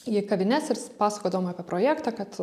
į kavines ir pasakodavom apie projektą kad